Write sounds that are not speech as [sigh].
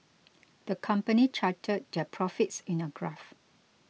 [noise] the company charted their profits in a graph